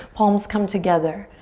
palms come together.